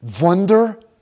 Wonder